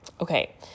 Okay